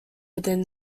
within